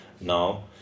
now